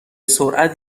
سرعت